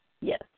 Yes